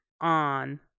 on